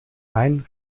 main